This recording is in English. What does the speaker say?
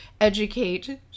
educate